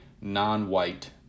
non-white